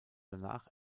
danach